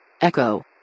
Echo